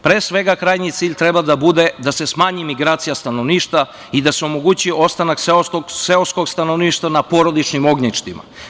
Pre svega, krajnji cilj treba da bude da se smanji migracija stanovništva i da se omogući ostanak seoskog stanovništva na porodičnim ognjištima.